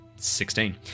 Sixteen